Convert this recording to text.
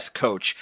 coach